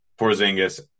Porzingis